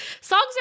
Songs